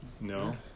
No